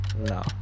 no